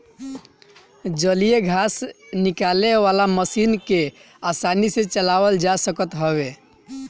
जलीय घास निकाले वाला मशीन के आसानी से चलावल जा सकत हवे